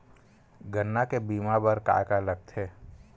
गन्ना के बीमा बर का का लगथे?